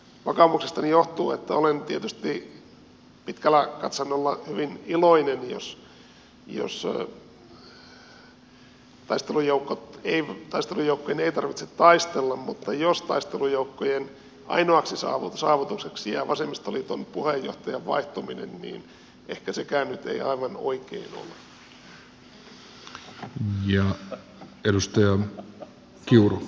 vakaumuksestani johtuu että olen tietysti pitkällä katsannolla hyvin iloinen jos taistelujoukkojen ei tarvitse taistella mutta jos taistelujoukkojen ainoaksi saavutukseksi jää vasemmistoliiton puheenjohtajan vaihtuminen niin ehkä sekään nyt ei aivan oikein ole